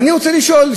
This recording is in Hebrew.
ואני רוצה לשאול,